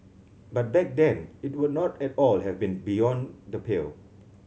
but back then it would not at all have been beyond the pale